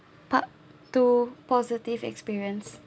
part two positive experience